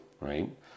right